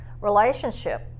relationship